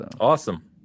awesome